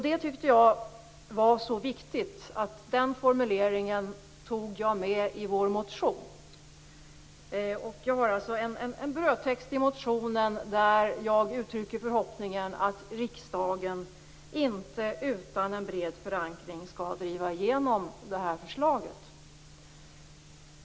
Det tyckte jag var så viktigt att jag tog med den formuleringen i vår motion. Jag har alltså en brödtext i motionen där jag uttrycker förhoppningen att riksdagen inte skall driva igenom det här förslaget utan en bred förankring.